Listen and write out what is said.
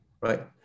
right